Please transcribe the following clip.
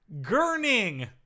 gurning